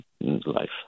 life